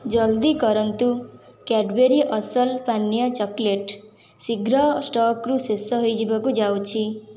ଜଲ୍ଦି କରନ୍ତୁ କ୍ୟାଡ଼୍ବରି ଅସଲ ପାନୀୟ ଚକୋଲେଟ୍ ଶୀଘ୍ର ଷ୍ଟକ୍ରୁ ଶେଷ ହୋଇଯିବାକୁ ଯାଉଛି